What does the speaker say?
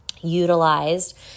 utilized